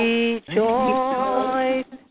Rejoice